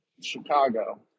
Chicago